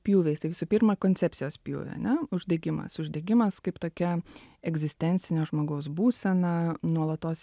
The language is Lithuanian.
pjūviais tai visų pirma koncepcijos pjūviu ane uždegimas uždegimas kaip tokia egzistencinė žmogaus būsena nuolatos